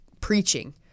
preaching